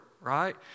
right